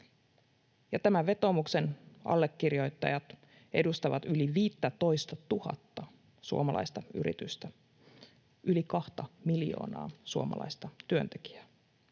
Tämän vetoomuksen allekirjoittajat edustavat yli 15 000:ta suomalaista yritystä, yli kahta miljoonaa suomalaista työntekijää,